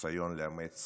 ניסיון לאמץ